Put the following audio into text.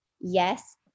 yes